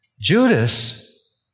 Judas